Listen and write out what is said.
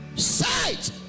Sight